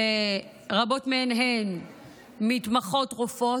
רבות מהן הן מתמחות, רופאות,